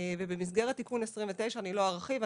ובמסגרת תיקון 29 אני לא ארחיב,